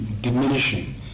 diminishing